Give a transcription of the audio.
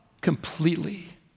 completely